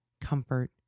comfort